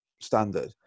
standard